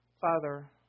Father